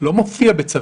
לא מופיע בצווים,